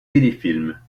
téléfilms